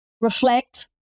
reflect